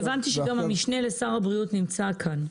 הבנתי שגם המשנה לשר הבריאות נמצא כאן.